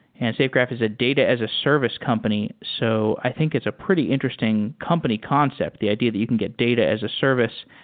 and safegraph is a data as a service company, so i think it's a pretty interesting company concept, the idea that you can get data as a service,